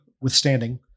withstanding